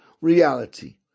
reality